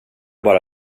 bara